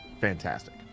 fantastic